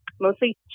mostly